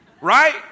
Right